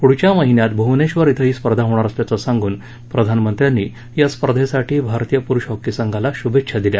पुढच्या महिन्यात भूवनेक्षर इथं ही स्पर्धा होणार असल्याचं सांगून प्रधानमंत्र्यांनी या स्पर्धेसाठी भारतीय पुरुष हॉकी संघाला शुभेच्छा दिल्या